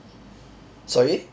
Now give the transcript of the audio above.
sorry